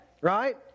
Right